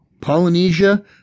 Polynesia